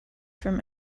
from